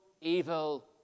evil